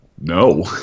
No